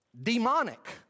demonic